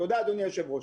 תודה, אדוני היושב-ראש.